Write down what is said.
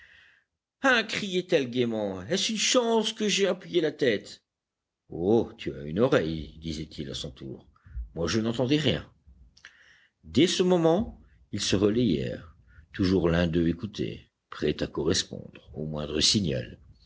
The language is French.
hein criait-elle gaiement est-ce une chance que j'aie appuyé la tête oh tu as une oreille disait-il à son tour moi je n'entendais rien dès ce moment ils se relayèrent toujours l'un d'eux écoutait prêt à correspondre au moindre signal